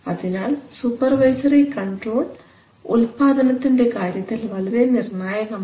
അതിനാൽ supervisory control ഉല്പാദനത്തിൻറെ കാര്യത്തിൽ വളരെ നിർണായകമാണ്